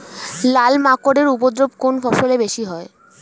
লাল মাকড় এর উপদ্রব কোন ফসলে বেশি হয়?